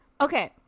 Okay